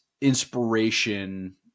inspiration